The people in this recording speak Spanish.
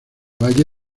valle